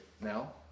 Now